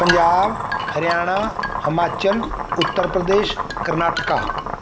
Punjab Haryana Himachal Uttar Pradesh Karnataka